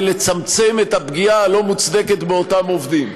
לצמצם את הפגיעה הלא-מוצדקת באותם עובדים.